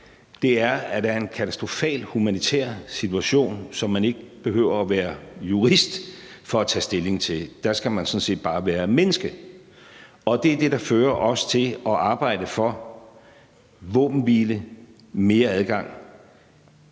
er, at der er en katastrofal humanitær situation, som man ikke behøver at være jurist for at tage stilling til. Der skal man sådan set bare være menneske. Det er det, der fører os til at arbejde for våbenhvile og mere adgang.